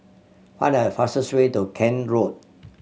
find the fastest way to Kent Road